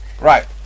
right